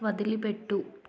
వదిలిపెట్టు